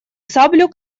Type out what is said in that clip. саблю